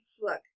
look